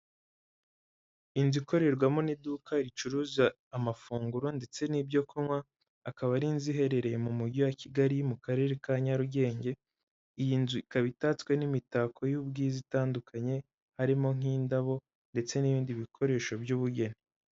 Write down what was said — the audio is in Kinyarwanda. Inzu ikorerwamo n'iduka ricuruza amafunguro ndetse n'ibyo kunywa, akaba ari inzu iherereye mu mujyi wa Kigali mu Karere ka Nyarugenge, iyi nzu ikaba itatswe n'imitako y'ubwiza itandukanye, harimo nk'indabo ndetse n'ibindi bikoresho by'ubugeni.